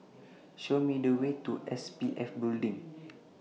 Show Me The Way to SPF Building